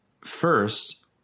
first